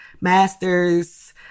master's